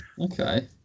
Okay